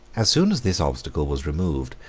as soon as this obstacle was removed,